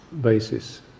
basis